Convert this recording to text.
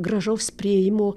gražaus priėjimo